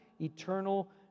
eternal